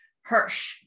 Hirsch